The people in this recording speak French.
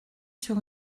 sur